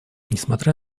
несмотря